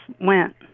went